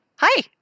Hi